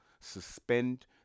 suspend